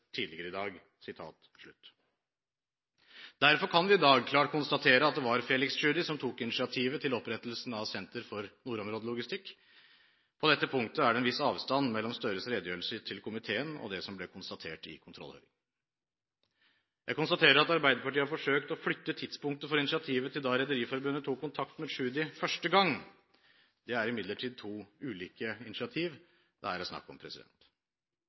tidligere her i dag, Derfor kan vi i dag klart konstatere at det var Felix Tschudi som tok initiativet til opprettelsen av Senter for nordområdelogistikk. På dette punktet er det en viss avstand mellom Gahr Støres redegjørelse til komiteen og det som ble konstatert i kontrollhøringen. Jeg konstaterer at Arbeiderpartiet har forsøkt å flytte tidspunktet for initiativet til da Rederiforbundet tok kontakt med Tschudi første gang. Det er imidlertid to ulike initiativ det her er snakk om.